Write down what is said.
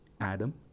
Adam